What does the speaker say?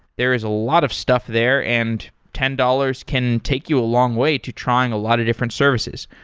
there is a lot of stuff there, and ten dollars can take you a long way to trying a lot of different services.